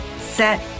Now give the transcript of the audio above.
set